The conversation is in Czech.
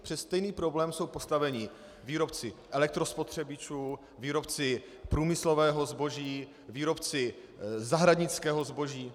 Před stejný problém jsou postaveni výrobci elektrospotřebičů, výrobci průmyslového zboží, výrobci zahradnického zboží.